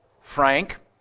frank